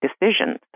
decisions